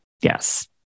Yes